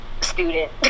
student